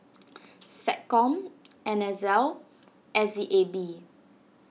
SecCom N S L S E A B